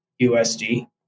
USD